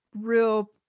real